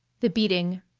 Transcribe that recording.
the beating